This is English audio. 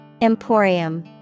Emporium